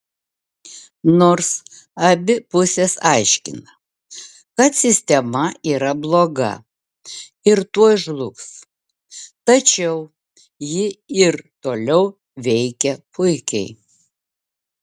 nors abi pusės aiškina kad sistema yra bloga ir tuoj žlugs tačiau ji ir toliau veikia puikiai